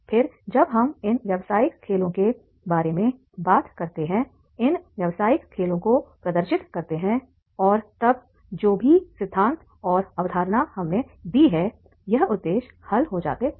फिर जब हम इन व्यावसायिक खेलों के बारे में बात करते हैं इन व्यावसायिक खेलों को प्रदर्शित करते हैं और तब जो भी सिद्धांत और अवधारणा हमने दी है यह उद्देश्य हल हो जाते हैं